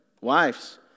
Wives